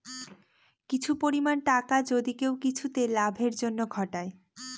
কিছু পরিমাণ টাকা যদি কেউ কিছুতে লাভের জন্য ঘটায়